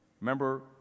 Remember